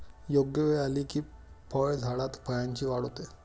योग्य वेळ आली की फळझाडात फळांची वाढ होते